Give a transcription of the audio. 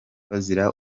bazira